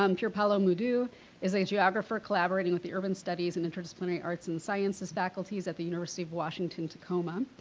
um pierre palo mudu is a geographer collaborating with the urban studies and interdisciplinary arts and sciences faculties at the university of washington tacoma.